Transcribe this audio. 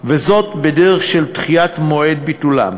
בדרך של דחיית מועד ביטולם,